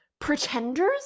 pretenders